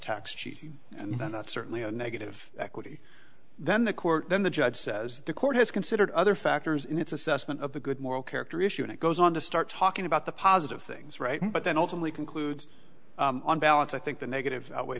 tax cheat and that's certainly a negative equity then the court then the judge says the court has considered other factors in its assessment of the good moral character issue and it goes on to start talking about the positive things right but then ultimately concludes on balance i think the negative